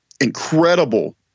incredible